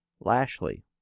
Lashley